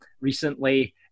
recently